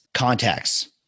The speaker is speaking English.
contacts